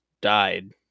died